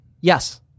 Yes